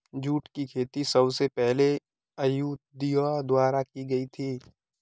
jute की खेती सबसे पहले यहूदियों द्वारा की गयी थी